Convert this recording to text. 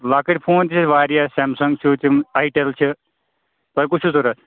لَۄکٕٹۍ phone تہِ چھِ اَسہِ واریاہ البتہ سیمسَنٛگ چھُ تِم آیٹَل چھِ تۄہِہِ کُس چھُ ضوٚرَتھ